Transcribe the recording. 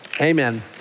Amen